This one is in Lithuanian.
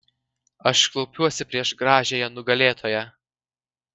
aš klaupiuosi prieš gražiąją nugalėtoją